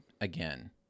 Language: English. Again